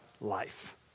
life